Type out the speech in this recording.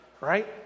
right